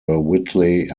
whitley